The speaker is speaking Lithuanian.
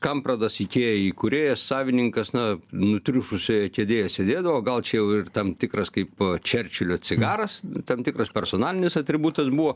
kampradas ikėja įkūrėjas savininkas na nutriušusioje kėdėje sėdėdavo gal čia jau ir tam tikras kaip čerčilio cigaras tam tikras personalinis atributas buvo